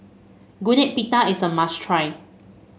Gudeg Putih is a must try